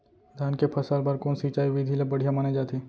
धान के फसल बर कोन सिंचाई विधि ला बढ़िया माने जाथे?